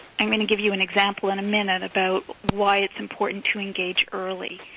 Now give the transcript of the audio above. i'm going to give you an example in a minute about why it's important to engage early.